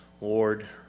Lord